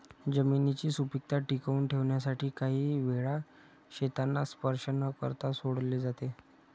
जमिनीची सुपीकता टिकवून ठेवण्यासाठी काही वेळा शेतांना स्पर्श न करता सोडले जाते